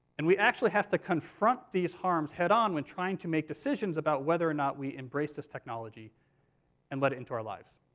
and we actually have to confront these harms head-on when trying to make decisions about whether or not we embrace this technology and let it into our lives.